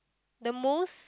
the most